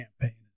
campaign